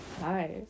Hi